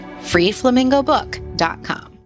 FreeFlamingoBook.com